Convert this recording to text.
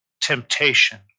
temptation